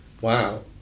wow